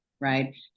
right